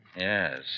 Yes